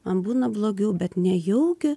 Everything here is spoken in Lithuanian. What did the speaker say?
man būna blogiau bet nejaugi